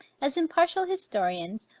as impartial historians,